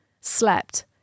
slept